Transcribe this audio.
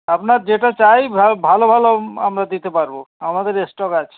আপনার যেটা চাই ভালো ভালো আমরা দিতে পারব আমাদের স্টক আছে